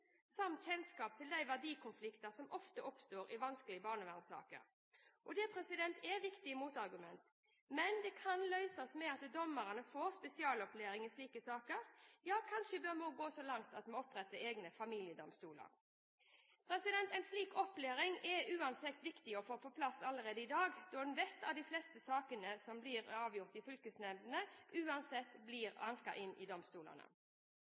samt kjennskap til de verdikonflikter som ofte oppstår i vanskelige barnevernssaker. Det er viktige motargument, men dette kan løses ved at dommerne får spesialopplæring i slike saker. Ja, kanskje vi bør gå så langt at vi oppretter egne familiedomstoler. En slik opplæring er uansett viktig å få på plass allerede i dag, da en vet at de fleste sakene som blir avgjort i fylkesnemndene, uansett blir anket inn for domstolene. Fremskrittspartiet mener at det også er viktig at alle parter i